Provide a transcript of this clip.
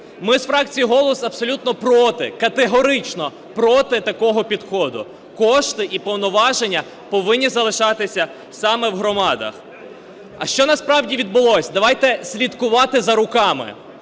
Ми з фракцією "Голос" абсолютно проти, категорично проти такого підходу, кошти і повноваження повинні залишатися саме в громадах. А що насправді відбулося? Давайте слідкувати за руками,